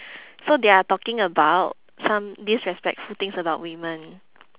so they are talking about some disrespectful things about women